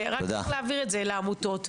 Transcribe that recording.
ורק צריך להעביר את זה לעמותות.